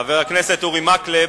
חבר הכנסת אורי מקלב,